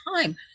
time